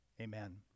amen